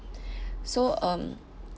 so um